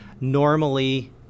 Normally